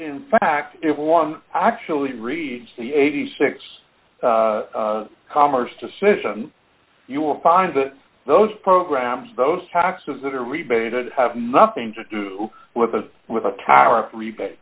in fact if one actually reads the eighty six commerce decision you will find that those programs those taxes that are rebated have nothing to do with a with a tyrant rebate